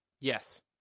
Yes